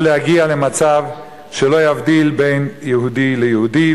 להגיע למצב שלא יבדיל בין יהודי ליהודי,